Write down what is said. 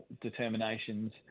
determinations